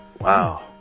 Wow